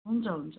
हुन्छ हुन्छ हुन्छ